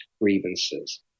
grievances